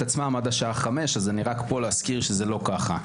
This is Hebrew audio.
עצמם עד השעה 17:00. אז אני רק פה להזכיר שזה לא כך.